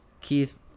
Keith